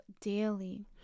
daily